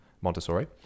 Montessori